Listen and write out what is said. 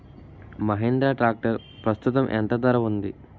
Mahindra tractor ప్రస్తుతం ఎంత ధర ఉంది?